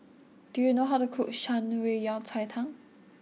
do you know how to cook Shan Rui Yao Cai Tang